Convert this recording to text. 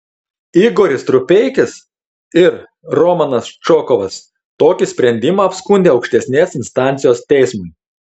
igoris strupeikis ir romanas čokovas tokį sprendimą apskundė aukštesnės instancijos teismui